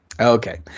Okay